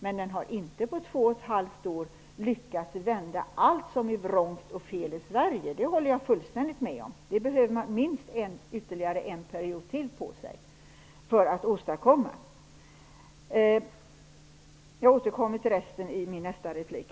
Men på två och ett halvt år har den inte lyckats vända på allt som är vrångt och fel i Sverige -- det håller jag fullständigt med om. För att åstadkomma det behövs det minst ytterligare en regeringsperiod. Jag får återkomma till resterande frågor i nästa replik.